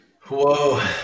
Whoa